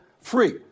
free